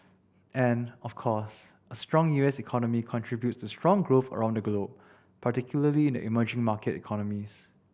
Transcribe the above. and of course a strong U S economy contributes to strong growth around the globe particularly in the emerging market economies